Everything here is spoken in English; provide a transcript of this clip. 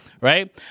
right